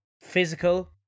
physical